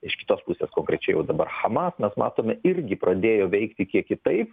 iš kitos pusės konkrečiai va dabar hamas mes matome irgi pradėjo veikti kiek kitaip